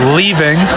leaving